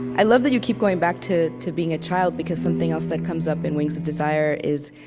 i love that you keep going back to to being a child, because something else that comes up in wings of desire is,